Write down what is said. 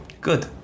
Good